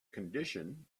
condition